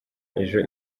ejo